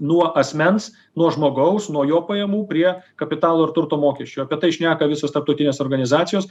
nuo asmens nuo žmogaus nuo jo pajamų prie kapitalo ir turto mokesčių apie tai šneka visos tarptautinės organizacijos